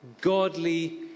godly